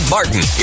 Martin